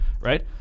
right